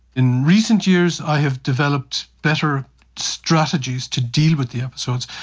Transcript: in recent years i have developed better strategies to deal with the episodes,